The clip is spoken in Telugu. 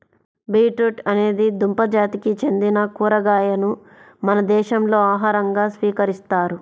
బీట్రూట్ అనేది దుంప జాతికి చెందిన కూరగాయను మన దేశంలో ఆహారంగా స్వీకరిస్తారు